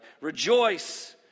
Rejoice